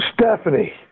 Stephanie